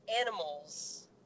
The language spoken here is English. animals